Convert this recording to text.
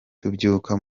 tubyuka